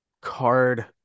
card